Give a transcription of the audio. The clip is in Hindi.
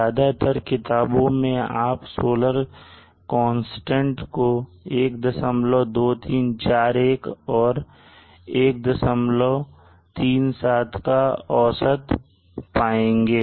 ज्यादातर किताबों में आप सोलर कांस्टेंट को 12341 और 137 का औसत पाएंगे